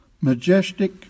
Majestic